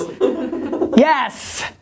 yes